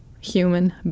human